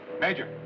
Major